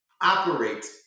operate